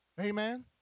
Amen